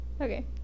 Okay